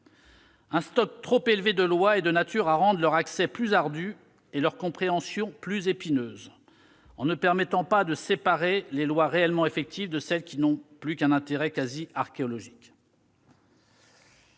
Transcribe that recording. Un stock trop élevé de lois est de nature à rendre leur accès plus ardu et leur compréhension plus épineuse en ne permettant pas de séparer les lois réellement effectives de celles qui n'ont plus qu'un intérêt quasi archéologique.